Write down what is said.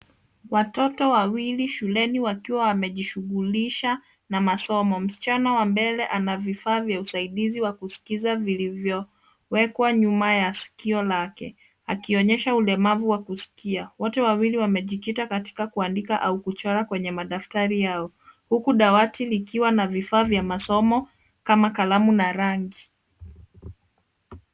Watoto wawili shuleni wakiwa wamejishughulisha na masomo. Msichana wa mbele ana vifaa vya usaidizi wa kuskiza vilivyowekwa nyuma ya sikio lake, akionyesha ulemavu wa kusikia. Wote wawili wamejikita katika kuandika au kuchora kwenye madaftari yao, huku dawati likiwa na vifaa vya masomo kama kalamu na rangi.